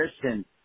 Christian